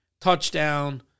touchdown